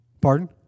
Pardon